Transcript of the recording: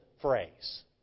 phrase